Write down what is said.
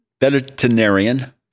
veterinarian